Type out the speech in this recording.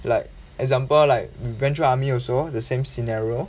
like example like we've been through army also the same scenario